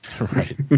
Right